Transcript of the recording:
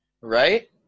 Right